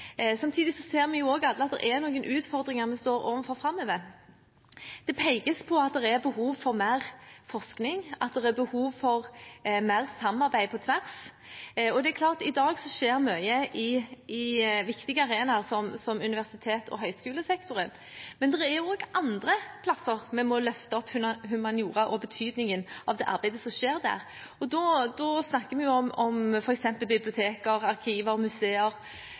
Samtidig ser vi alle at det er noen utfordringer vi står overfor framover. Det pekes på at det er behov for mer forskning, og at det er behov for mer samarbeid på tvers. I dag skjer mye på viktige arenaer som universitets- og høyskolesektoren. Men det er også andre steder vi må løfte humaniora og betydningen av det arbeidet som skjer der. Da snakker vi om f.eks. biblioteker, arkiver, museer,